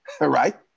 Right